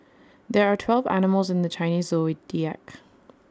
there are twelve animals in the Chinese Zodiac